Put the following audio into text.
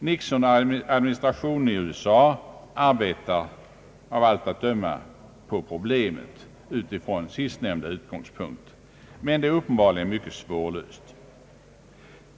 Nixonadministrationen i USA arbetar av allt att döma på problemet utifrån sistnämnda utgångspunkt. Men det är uppenbarligen mycket svårlöst.